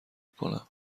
کنم